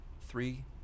three